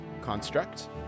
construct